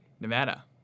Nevada